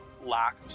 Lack